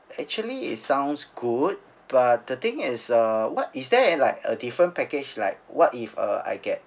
actually it sounds good but the thing is uh what is there uh like a different package like what if uh I get